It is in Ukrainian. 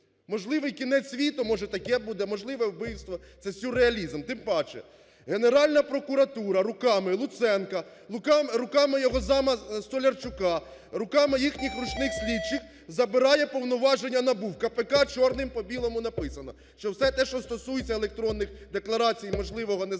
Можливий кінець світу – може таке буде, можливе вбивство! Це – сюрреалізм. Тим паче, Генеральна прокуратура руками Луценка, руками його зама Столярчука, руками їхніх ручних слідчих забирає повноваження НАБУ. В КПК чорним по білому написано, що все те, що стосується електронних декларацій можливого незаконного